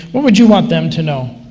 what would you want them to know?